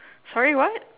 sorry what